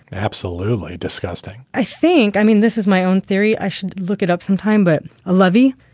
absolutely disgusting, i think. i mean, this is my own theory. i should look it up sometime. but a lovey.